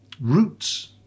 roots